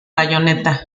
bayoneta